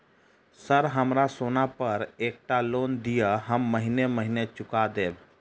Sir हमरा सोना पर एकटा लोन दिऽ हम महीने महीने चुका देब?